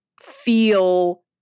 feel